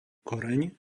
koreň